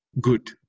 good